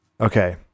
Okay